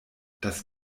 das